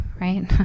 right